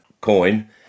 coin